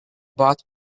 bath